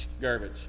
garbage